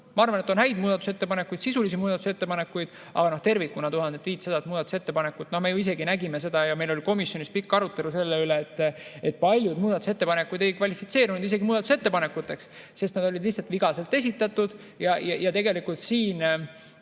Ma arvan, et on häid muudatusettepanekuid, sisulisi muudatusettepanekuid, aga tervikuna 1500 muudatusettepanekut – no me ju nägime seda ja meil oli komisjonis pikk arutelu selle üle, et paljud muudatusettepanekud isegi ei kvalifitseerunud muudatusettepanekuteks, sest nad olid lihtsalt vigaselt esitatud. Tegelikult siin